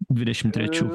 dvidešimt trečių